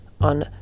on